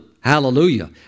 Hallelujah